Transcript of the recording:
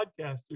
podcaster